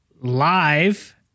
live